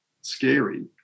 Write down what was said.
scary